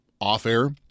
off-air